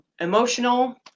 emotional